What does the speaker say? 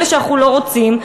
אלה שאנחנו לא רוצים.